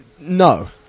No